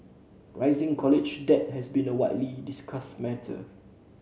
rising college debt has been a widely discussed matter